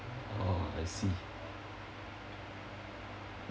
oh I see